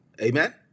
Amen